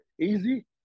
easy